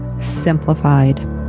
Simplified